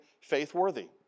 faith-worthy